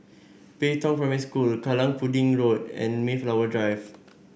Pei Tong Primary School Kallang Pudding Road and Mayflower Drive